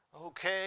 Okay